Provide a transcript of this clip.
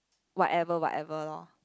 whatever whatever loh